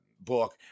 book